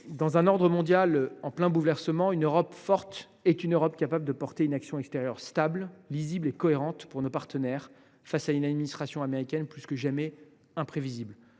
dans un ordre mondial en plein bouleversement, une Europe forte est une Europe capable d’avoir une action extérieure stable, lisible et cohérente pour nos partenaires, face à une administration américaine plus que jamais imprévisible.